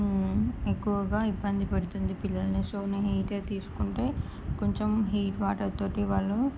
ఎక్కువగా ఇబ్బంది పెడుతుంది పిల్లలని సో నేను హీటర్ తీసుకుంటే కొంచెం హీట్ వాటర్ తోటి వాళ్ళు